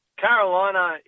Carolina